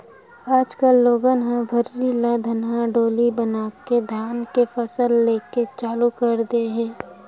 आज कल लोगन ह भर्री ल धनहा डोली बनाके धान के फसल लेके चालू कर दे हे